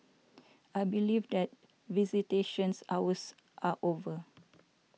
I believe that visitation hours are over